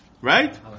Right